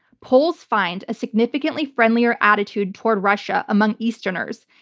polls find a significantly friendlier attitude toward russia among easterners.